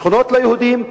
שכונות ליהודים,